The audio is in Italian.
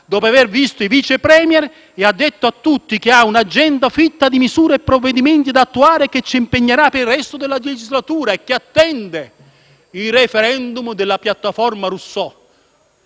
dopo aver visto i Vice *Premier*, e ha detto a tutti che ha un'agenda fitta di misure e provvedimenti da attuare che ci impegnerà per il resto della legislatura e che attende il *referendum* della piattaforma Rousseau.